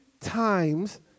times